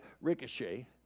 Ricochet